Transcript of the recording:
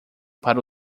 para